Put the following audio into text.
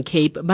Cape